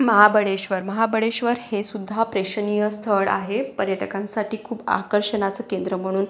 महाबळेश्वर महाबळेश्वर हे सुद्धा प्रेक्षणीय स्थळ आहे पर्यटकांसाठी खूप आकर्षणाचं केंद्र म्हणून